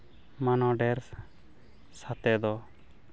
ᱢᱟᱱᱚ ᱰᱷᱮᱹᱨ ᱥᱟᱛᱮ ᱫᱚ